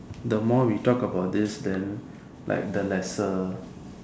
the more we talk about this then like the lesser